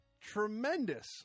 tremendous